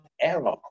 error